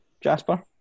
Jasper